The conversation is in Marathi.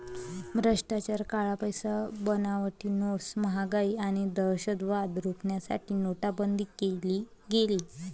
भ्रष्टाचार, काळा पैसा, बनावटी नोट्स, महागाई आणि दहशतवाद रोखण्यासाठी नोटाबंदी केली गेली